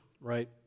right